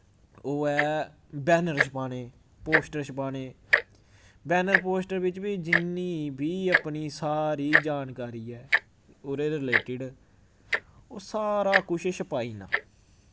ओह् ऐ बैनर छपाने पोस्टर छपाने बैनर पोस्टर बिच्च बी जिन्नी बी अपनी सारी जानकारी ऐ ओह्दे रिलेटिड ओह् सारा कुछ छपाई ओड़ना